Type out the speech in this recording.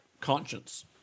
conscience